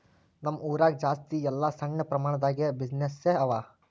ನಮ್ ಊರಾಗ ಜಾಸ್ತಿ ಎಲ್ಲಾ ಸಣ್ಣ ಪ್ರಮಾಣ ದಾಗೆ ಬಿಸಿನ್ನೆಸ್ಸೇ ಅವಾ